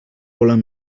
volen